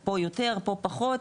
פה יותר, פה פחות,